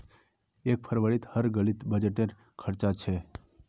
एक फरवरीत हर गलीत बजटे र चर्चा छ